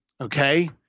Okay